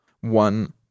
one